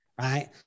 right